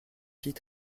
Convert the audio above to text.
fille